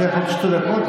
אתן לך עוד שתי דקות.